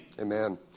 Amen